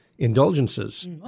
indulgences